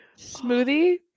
Smoothie